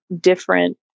different